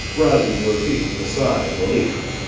rising to her feet with a sigh of relief.